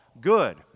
good